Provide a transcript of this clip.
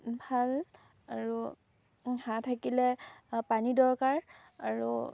ভাল আৰু হাঁহ থাকিলে পানী দৰকাৰ আৰু